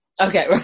Okay